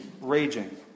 raging